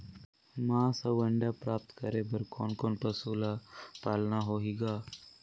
मांस अउ अंडा प्राप्त करे बर कोन कोन पशु ल पालना होही ग?